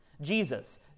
Jesus